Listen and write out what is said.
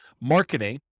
marketing